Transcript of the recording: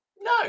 No